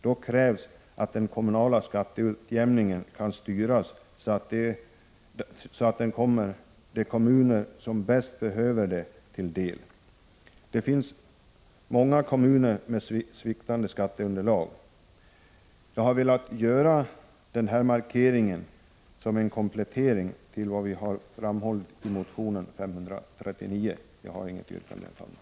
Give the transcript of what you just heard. Då krävs att den kommunala skatteutjämningen kan styras så att den kommer de kommuner som bäst behöver den till del. Det finns många kommuner med sviktande skatteunderlag. Jag har velat göra den här markeringen som en komplettering till vad vi har framhållit i motion 593. Jag har inget yrkande, herr talman.